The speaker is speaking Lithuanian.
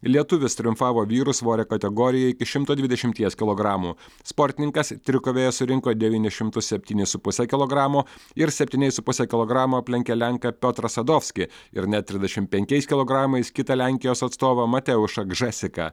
lietuvis triumfavo vyrų svorio kategorijoje iki šimto dvidešimties kilogramų sportininkas trikovėje surinko devynis šimtus septynis su puse kilogramo ir septyniais su puse kilogramo aplenkė lenką piotrą sadovskį ir net trisdešimt penkiais kilogramais kitą lenkijos atstovą mateušą gžesiką